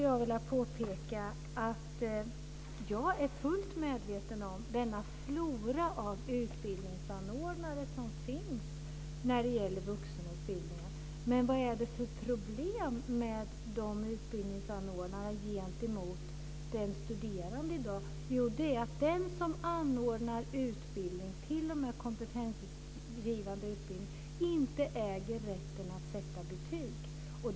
Jag är fullt medveten om den flora av utbildningsanordnare som finns för vuxenutbildningen. Vad finns i dag för problem med de utbildningsanordnarna gentemot de studerande? Jo, det är att den som anordnar utbildning, t.o.m. kompetensgivande utbildning, inte äger rätten att sätta betyg.